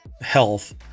health